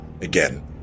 again